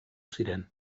ziren